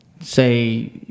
Say